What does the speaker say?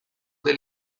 del